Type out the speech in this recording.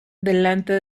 delante